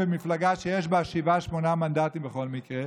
במפלגה שיש בה שבעה-שמונה מנדטים בכל מקרה,